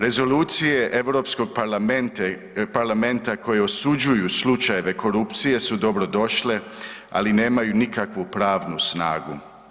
Rezolucije Europskog parlamenti, parlamenta koji osuđuju slučajeve korupcije su dobrodošle, ali nemaju nikakvu pravnu snagu.